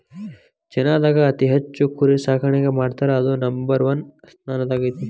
ಚೇನಾದಾಗ ಅತಿ ಹೆಚ್ಚ್ ಕುರಿ ಸಾಕಾಣಿಕೆ ಮಾಡ್ತಾರಾ ಅದು ನಂಬರ್ ಒನ್ ಸ್ಥಾನದಾಗ ಐತಿ